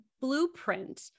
blueprint